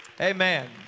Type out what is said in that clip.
Amen